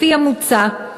לפי המוצע,